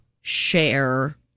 share